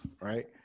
right